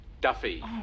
Duffy